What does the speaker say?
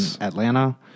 Atlanta